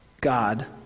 God